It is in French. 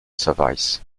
service